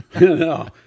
No